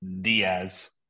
Diaz